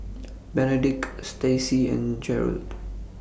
Benedict Staci and Gerold